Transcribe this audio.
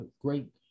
great